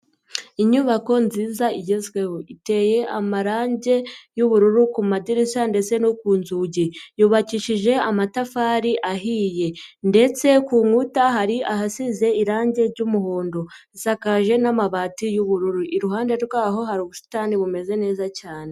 Inyubako nziza igezweho iteye amarangi y'ubururu ku madirishya ndetse no ku nzugi, yubakishije amatafari ahiye ndetse ku nkuta hari ahasize irangi ry'umuhondo, isakaje n'amabati y'ubururu, iruhande rw'aho hari ubusitani bumeze neza cyane.